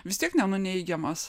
vis tiek nenuneigiamas